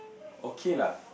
okay lah